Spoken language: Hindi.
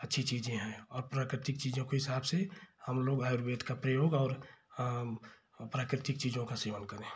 अच्छी चीज़ें हैं और प्राकृतिक चीज़ों के हिसाब से हम लोग आयुर्वेद का प्रयोग और प्राकृतिक चीज़ें का सेवन करें